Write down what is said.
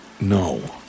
No